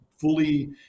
fully